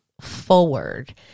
forward